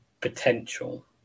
potential